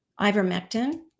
ivermectin